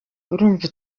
urumva